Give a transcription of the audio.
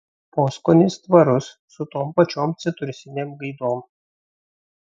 poskonis tvarus su tom pačiom citrusinėm gaidom